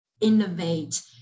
innovate